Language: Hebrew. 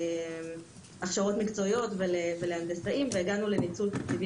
להכשרות מקצועיות ולהנדסאים והגענו לניצול תקציבי